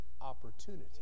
opportunity